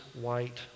white